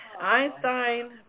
Einstein